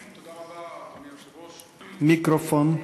תודה רבה, אדוני היושב-ראש, מיקרופון.